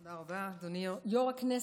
תודה רבה, אדוני היושב-ראש.